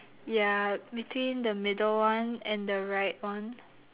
ya between the middle one and the right one